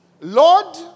Lord